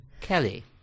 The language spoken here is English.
Kelly